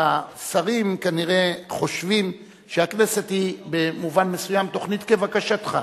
השרים כנראה חושבים שהכנסת היא במובן מסוים תוכנית כבקשתך.